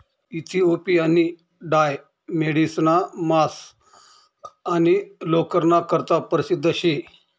इथिओपियानी डाय मेढिसना मांस आणि लोकरना करता परशिद्ध शे